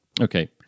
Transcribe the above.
Okay